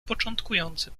początkujący